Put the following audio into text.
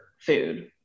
food